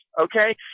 okay